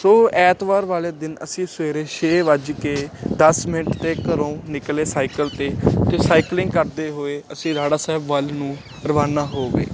ਸੋ ਐਤਵਾਰ ਵਾਲੇ ਦਿਨ ਅਸੀਂ ਸਵੇਰੇ ਛੇ ਵੱਜ ਕੇ ਦਸ ਮਿੰਟ 'ਤੇ ਘਰੋਂ ਨਿਕਲੇ ਸਾਈਕਲ 'ਤੇ ਅਤੇ ਸਾਈਕਲਿੰਗ ਕਰਦੇ ਹੋਏ ਅਸੀਂ ਰਾੜਾ ਸਾਹਿਬ ਵੱਲ ਨੂੰ ਰਵਾਨਾ ਹੋ ਗਏ